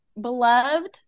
beloved